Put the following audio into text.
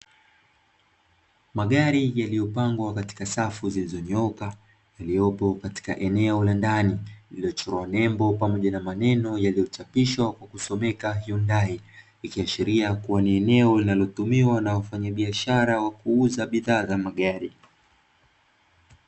Magari yaliyopangwa katika safu zilizonyooka, yaliyopo katika eneo la ndani lililochorwa nembo pamoja na maneno yaliyochapishwa na kusomeka "HYUNDAI". Ikiashiria kuwa ni eneo linalotumiwa na wafanyabiashara wa kuuza bidhaa za magari.